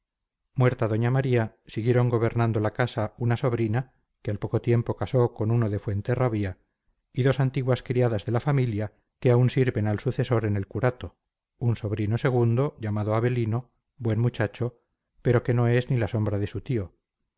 muerta doña maría siguieron gobernando la casa una sobrina que al poco tiempo casó con uno de fuenterrabía y dos antiguas criadas de la familia que aún sirven al sucesor en el curato un sobrino segundo llamado avelino buen muchacho pero que no es ni la sombra de su tío